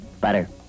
Butter